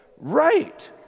Right